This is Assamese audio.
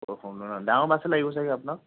ডাঙৰ বাছে লাগিব চাগৈ আপোনাক